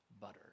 butter